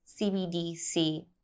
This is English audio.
CBDC